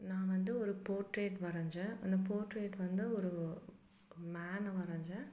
நான் வந்து ஒரு போர்ட்ரைட் வரைஞ்சேன் அந்த போர்ட்ரைட் வந்து ஒரு மேனை வரைஞ்சேன்